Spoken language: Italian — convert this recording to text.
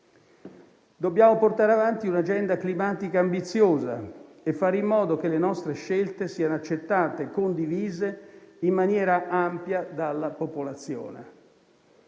Dobbiamo portare avanti un'agenda climatica ambiziosa, facendo in modo che le nostre scelte siano accettate e condivise in maniera ampia dalla popolazione